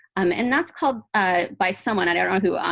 um and that's called by someone, i don't know who,